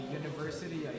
university